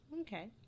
Okay